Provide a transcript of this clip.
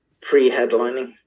pre-headlining